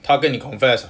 他跟你 confess ah